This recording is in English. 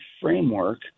framework